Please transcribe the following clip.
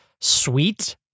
sweet